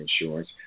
insurance